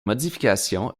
modification